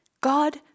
God